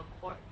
court